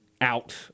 out